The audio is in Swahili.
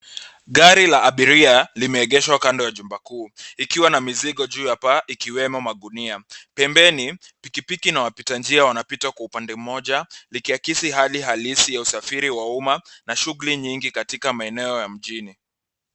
Gari la abiria limeegeshwa kando ya jumba kuu likiwa na mizigo juu ya paa ikiwemo magunia. Pembeni pikipiki na wapitanjia wanapita kwa upande mmoja ikiakisi hali halisi ya usafiri wa umma na shughuli nyingi katika maeneo ya mjini.